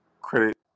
credit